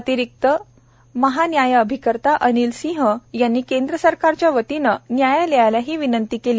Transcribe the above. अतिरिक्त महान्यायअभिकर्ता अनिल सिंह यांनी केंद्र सरकारच्या वतीनं न्यायालयाला ही विनंती केली